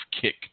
kick